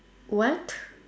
what